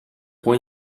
può